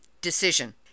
decision